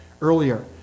earlier